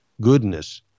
goodness